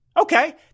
Okay